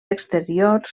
exteriors